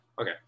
Okay